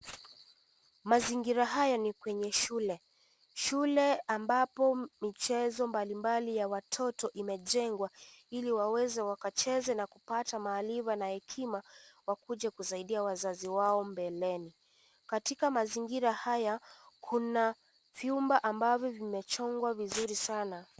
Mazingira haya ni kwenye shule. Shule ambapo michezo mbalimbali ya watoto imejengwa . Ili waweze wakacheze na kupata maarifa na hekima wakuje kusaidia wazazi wao mbeleni. Katika mazingira haya, kuna vyumba ambavyo vimwchongwa vizuri sana.